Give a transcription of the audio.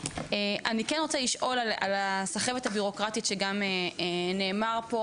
אני כן רוצה לשאול על הסחבת הבירוקרטית שנאמר פה,